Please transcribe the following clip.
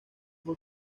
fue